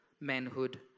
manhood